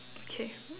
okay